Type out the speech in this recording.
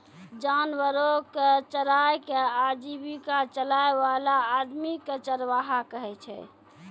जानवरो कॅ चराय कॅ आजीविका चलाय वाला आदमी कॅ चरवाहा कहै छै